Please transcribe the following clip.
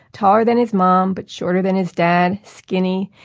taller than his mom, but shorter than his dad, skinny,